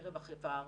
בקרב החברה הערבית.